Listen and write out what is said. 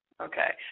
Okay